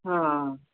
हाँ